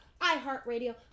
iHeartRadio